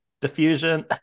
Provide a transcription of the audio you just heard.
diffusion